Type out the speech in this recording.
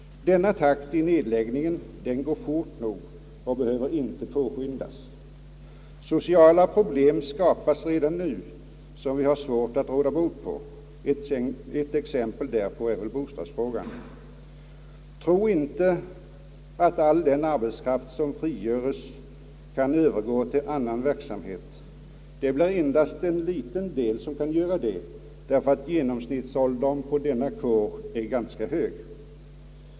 Denna takt i nedläggningen är hög nog och behöver inte påskyndas. Sociala problem skapas redan nu som vi har svårt att råda bot på. Ett exempel är bostadsfrågan. Tro inte att all den arbetskraft som frigöres kan övergå till annan verksamhet. Det blir endast en liten del som kan göra det därför att genomsnittsåldern inom denna kår är ganska hög.